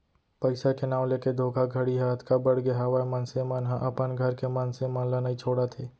पइसा के नांव लेके धोखाघड़ी ह अतका बड़गे हावय मनसे मन ह अपन घर के मनसे मन ल नइ छोड़त हे